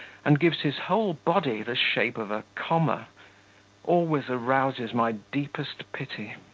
and gives his whole body the shape of a comma always arouses my deepest pity.